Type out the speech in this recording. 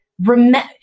remember